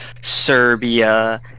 Serbia